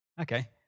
okay